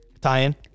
tie-in